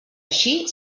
així